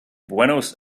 buenos